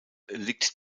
liegt